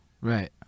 Right